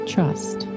Trust